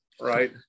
right